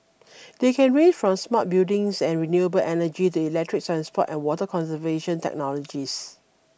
they can range from smart buildings and renewable energy to electric transport and water conservation technologies